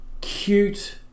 cute